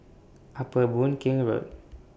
Upper Boon Keng Road